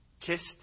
kissed